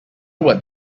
what